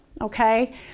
okay